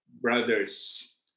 brothers